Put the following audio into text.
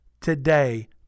today